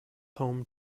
home